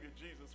Jesus